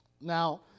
Now